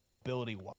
ability